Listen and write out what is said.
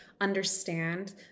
understand